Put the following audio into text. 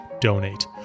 donate